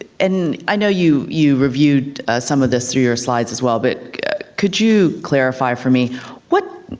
and i know you you reviewed some of this through your slides as well, but could you clarify for me what